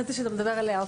חשבתי שאתה מדבר אליה.